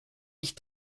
ich